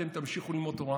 אתם תמשיכו ללמוד תורה,